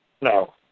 No